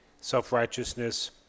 self-righteousness